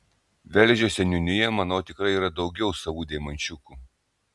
velžio seniūnijoje manau tikrai yra daugiau savų deimančiukų